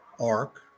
ark